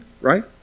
right